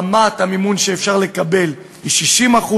רמת המימון שאפשר לקבל היא 60%,